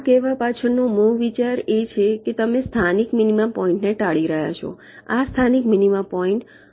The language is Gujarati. આ કહેવા પાછળનો મૂળ વિચાર છે કે તમે સ્થાનિક મિનિમા પોઇન્ટને ટાળી રહ્યા છો આ સ્થાનિક મિનિમા પોઇન્ટ છે